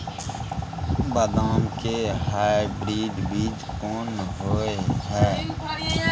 बदाम के हाइब्रिड बीज कोन होय है?